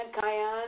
Cayenne